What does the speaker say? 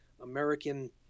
american